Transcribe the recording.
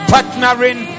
Partnering